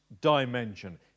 dimension